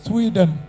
Sweden